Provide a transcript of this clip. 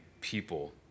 people